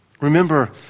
Remember